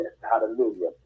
hallelujah